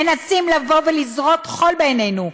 מנסים לבוא ולזרות חול בעינינו,